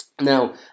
Now